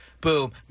boom